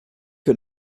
que